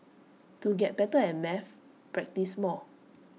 to get better at maths practise more